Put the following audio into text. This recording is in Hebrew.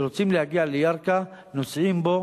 שרוצים להגיע לירכא נוסעים בו,